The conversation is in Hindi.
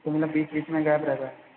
तो मतलब बीच बीच में गैप रहता है